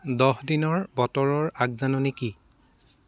দহ দিনৰ বতৰৰ আগজাননী কি